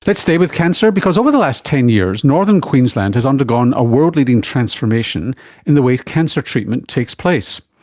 but stay with cancer because over the last ten years northern queensland has undergone a world leading transformation in the way cancer treatment takes place.